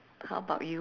how about you